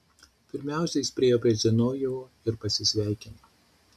pirmiausia jis priėjo prie zinovjevo ir pasisveikino